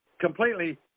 completely